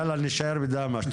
להישאר בדהמש.